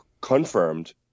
confirmed